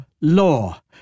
law